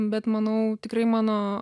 bet manau tikrai mano